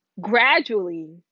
gradually